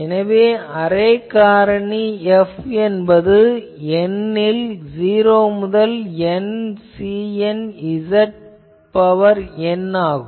எனவே அரே காரணி F என்பது n ல் 0 முதல் N Cn Zn ஆகும்